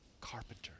carpenter